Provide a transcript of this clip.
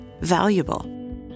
valuable